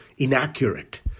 Inaccurate